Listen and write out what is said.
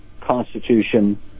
constitution